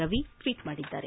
Ravi tweet ಮಾಡಿದ್ದಾರೆ